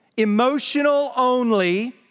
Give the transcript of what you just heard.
emotional-only